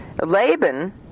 Laban